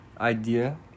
idea